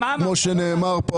כמו שנאמר כאן,